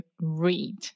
read